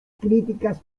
críticas